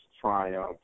triumph